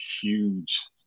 huge